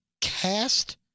cast